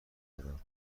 دارم